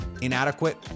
inadequate